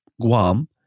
Guam